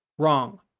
wrong.